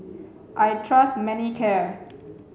I trust Manicare